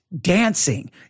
dancing